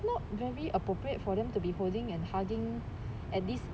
not very appropriate for them to be holding and hugging at this